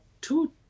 two